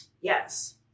Yes